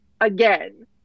again